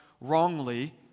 wrongly